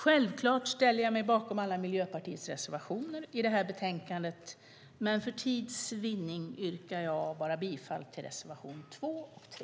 Självklart står jag bakom Miljöpartiets samtliga reservationer i det här betänkandet, men för tids vinnande yrkar jag bifall endast till reservationerna 2 och 3.